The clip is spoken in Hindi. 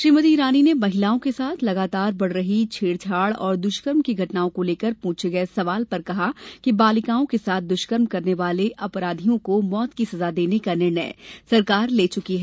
श्रीमती ईरानी ने महिलाओं को साथ लगातार बढ़ रही छेड़छाड़ और दुष्कर्म की घटनाओं को लेकर पूछे गए सवाल पर कहा कि बालिकाओं के साथ दुष्कर्म करने वाले अपराधियों को मौत की सजा देने का निर्णय सरकार ले चुकी है